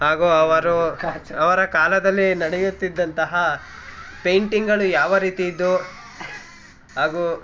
ಹಾಗೂ ಅವರು ಅವರ ಕಾಲದಲ್ಲಿ ನಡೆಯುತ್ತಿದಂತಹ ಪೇಂಟಿಂಗಳು ಯಾವ ರೀತಿ ಇದ್ದವು ಹಾಗೂ